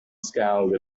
scowled